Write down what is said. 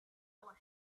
our